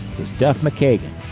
was duff mckagan.